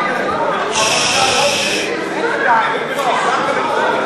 36 התקבל כנוסח הוועדה.